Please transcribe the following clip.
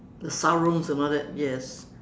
the sarung and all that yes